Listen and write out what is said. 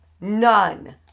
None